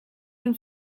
you